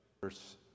verse